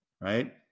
right